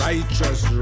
Righteous